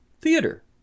theater